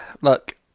look